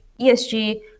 ESG